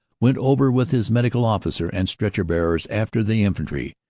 went over with his medical officer and stretcher bearers after the infantry.